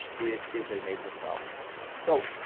it is a major problem so